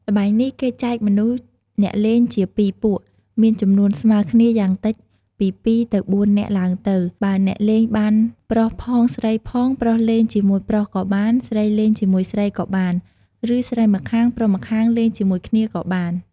ល្បែងនេះ គេចែកមនុស្សអ្នកលេងជា ២ ពួក មានចំនួនស្មើគ្នាយ៉ាងតិចពី ២ ឬ៤ នាក់ឡើងទៅ បើអ្នកលេងបានប្រុសផង ស្រីផង ប្រុសលេងជាមួយប្រុសក៏បាន ស្រីលេងជាមួយស្រីក៏បាន ឬស្រីម្ខាង ប្រុសម្នាងលេងជាមួយគ្នាក៏បាន ។